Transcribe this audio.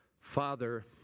Father